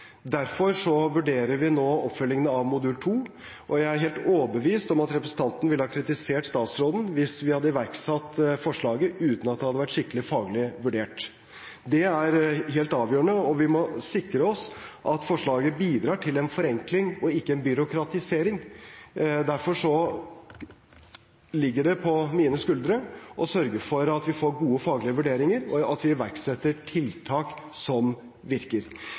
Derfor vurderer vi nå oppfølgingen av modul 2. Jeg er helt overbevist om at representanten ville ha kritisert statsråden hvis vi hadde iverksatt forslaget uten at det hadde vært skikkelig faglig vurdert. Det er helt avgjørende. Vi må sikre oss at forslaget bidrar til en forenkling, og ikke en byråkratisering. Derfor ligger det på mine skuldre å sørge for at vi får gode faglige vurderinger, og at vi iverksetter tiltak som virker.